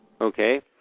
Okay